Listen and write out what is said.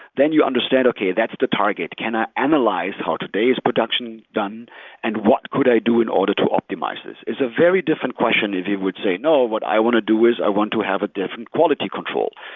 then you understand, okay. that's the target. can i analyze how today's production is done and what could i do in order to optimize this? it's a very different question if you would say, no. what i want to do is i want to have a different quality control,